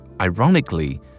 ironically